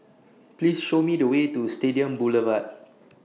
Please Show Me The Way to Stadium Boulevard